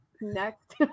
Next